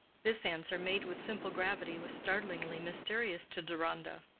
this answer, made with simple gravity, was startlingly mysterious to deronda.